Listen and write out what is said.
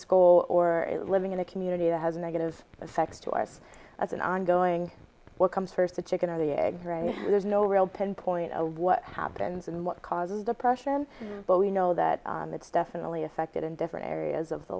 school or living in a community that has a negative effect to us as an ongoing what comes first the chicken or the egg there's no real pinpoint to what happens and what causes depression but we know that it's definitely affected in different areas of the